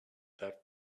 that